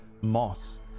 moss